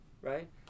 right